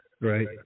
right